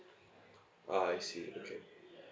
ah I see okay